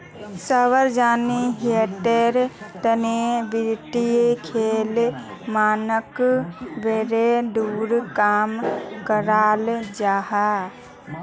सार्वजनिक हीतेर तने वित्तिय लेखा मानक बोर्ड द्वारा काम कराल जाहा